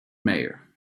mayor